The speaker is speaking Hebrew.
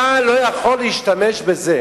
אתה לא יכול להשתמש בזה